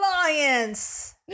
alliance